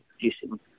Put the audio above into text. producing